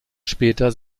später